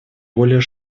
более